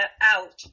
out